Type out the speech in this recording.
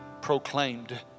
proclaimed